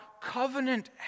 covenant